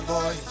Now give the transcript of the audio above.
Boy